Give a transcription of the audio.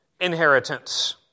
inheritance